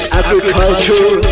agriculture